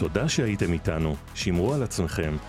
תודה שהייתם איתנו, שמרו על עצמכם